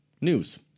news